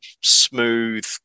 smooth